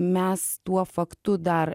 mes tuo faktu dar